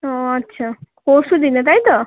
ওহ আচ্ছা পরশু দিনে তাই তো